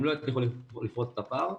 הם לא הצליחו לפרוץ את הפער.